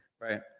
Right